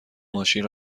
ماشین